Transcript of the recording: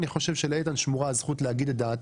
אני חושב שלאיתן שמורה הזכות לומר את דעתו.